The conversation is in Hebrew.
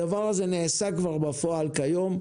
הדבר הזה נעשה כבר בפועל כיום,